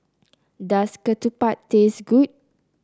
does ketupat taste good